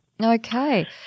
Okay